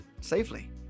safely